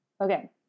Okay